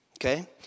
Okay